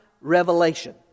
revelation